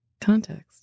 context